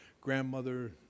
grandmother